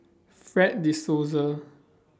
Fred De Souza